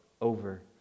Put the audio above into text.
over